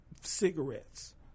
Cigarettes